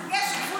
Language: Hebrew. קלגס.